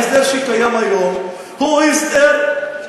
ההסדר שקיים היום הוא הסדר,